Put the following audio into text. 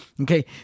okay